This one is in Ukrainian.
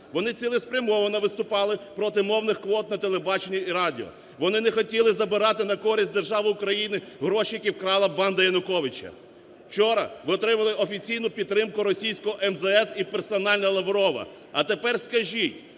Вони цілеспрямовано виступали проти мовних квот на телебаченні і радіо, вони не хотіли забирати на користь держави Україна гроші, які вкрала банда Януковича. Вчора ви отримали офіційну підтримку російського МЗС і персонально Лаврова, а тепер скажіть,